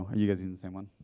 you guys in the same one?